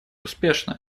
успешно